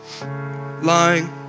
lying